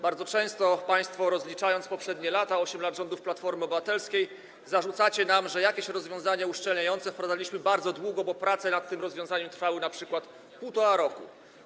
Bardzo często państwo, rozliczając poprzednie lata, 8 lat rządów Platformy Obywatelskiej, zarzucacie nam, że jakieś rozwiązania uszczelniające wprowadzaliśmy bardzo długo, bo prace nad tym rozwiązaniem trwały na przykład 1,5 roku.